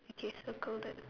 okay circle that